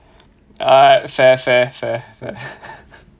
alright fair fair fair